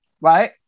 right